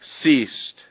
ceased